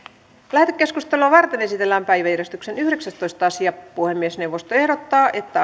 lähetekeskustelua varten esitellään päiväjärjestyksen yhdeksästoista asia puhemiesneuvosto ehdottaa että